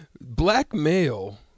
blackmail